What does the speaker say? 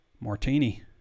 martini